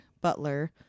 Butler